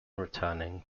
returning